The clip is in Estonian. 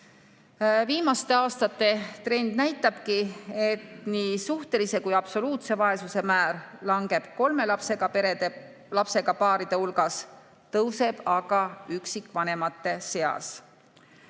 Viimaste aastate trend näitabki, et nii suhtelise kui ka absoluutse vaesuse määr langeb kolme lapsega paaride hulgas, tõuseb aga üksikvanemate seas.